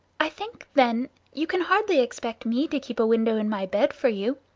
i think, then, you can hardly expect me to keep a window in my bed for you.